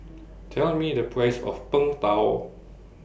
Tell Me The Price of Png Tao